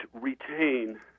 retain